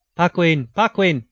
paquin. paquin.